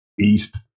East